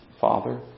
Father